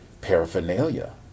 paraphernalia